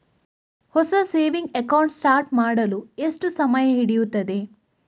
ಹೊಸ saving account start ಮಾಡಲು ಎಷ್ಟು ಸಮಯ ಹಿಡಿಯುತ್ತದೆ?